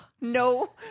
no